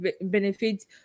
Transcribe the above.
benefits